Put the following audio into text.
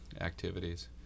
activities